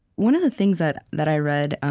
one of the things that that i read,